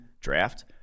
draft